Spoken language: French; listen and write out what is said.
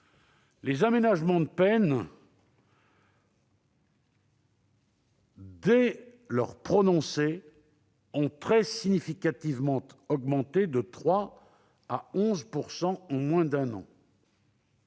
Les aménagements de peine dès leur prononcé ont très significativement augmenté, de 3 % à 11 % en moins d'un an.